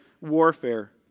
warfare